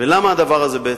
למה הדבר הזה חשוב?